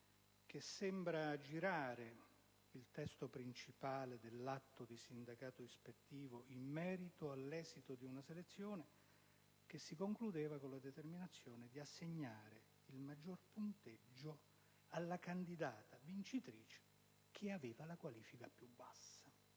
che sembra aggirare il testo principale dell'atto di sindacato ispettivo in merito all'esito di una selezione, che si concludeva con la determinazione di assegnare il maggior punteggio alla candidata vincitrice che aveva la qualifica più bassa.